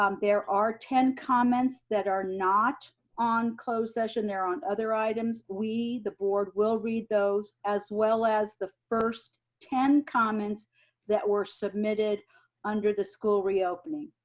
um there are ten comments that are not on closed session. they're on other items, we the board will read those as well as the first ten comments that were submitted under the school reopening.